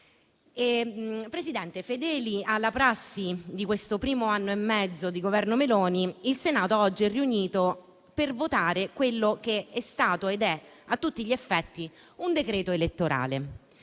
provvedimento. Fedele alla prassi di questo primo anno e mezzo di Governo Meloni, il Senato oggi è riunito per votare quello che è stato ed è, a tutti gli effetti, un decreto elettorale.